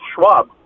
Schwab